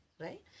right